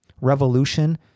revolution